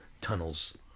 tunnels